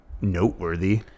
noteworthy